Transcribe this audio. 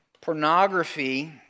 Pornography